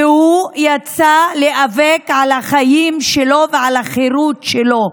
והוא יצא להיאבק על החיים שלו ועל החירות שלו.